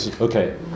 Okay